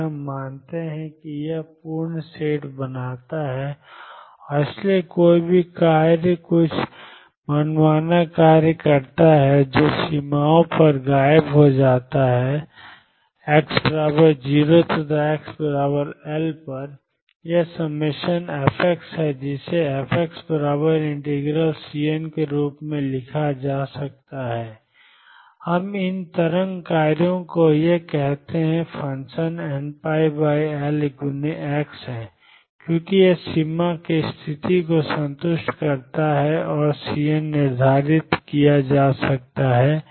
और हम मानते हैं कि यह एक पूर्ण सेट बनाता है और इसलिए कोई भी कार्य कुछ मनमाना कार्य करता है जो सीमाओं पर गायब हो जाता है x0 तथा xL यह ∑f है जिसे fxCn के रूप में लिखा जा सकता है हम इन तरंग कार्यों को ये कहते हैं फ़ंक्शनnπLxहैं क्योंकि यह सीमा की स्थिति को संतुष्ट करता है और Cn निर्धारित किया जा सकता है